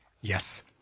Yes